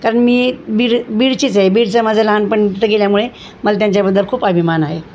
कारण मी बीड बीडचीच आहे बीडचं माझं लहानपणं तिथे गेल्यामुळे मला त्यांच्याबद्दल खूप अभिमान आहे